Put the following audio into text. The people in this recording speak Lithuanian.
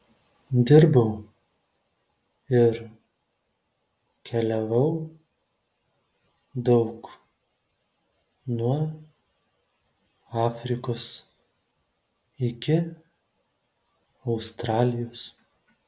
dirbau ir keliavau daug nuo afrikos iki australijos